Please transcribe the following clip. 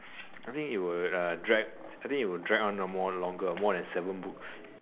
I think it would drag it would drag longer more than seven books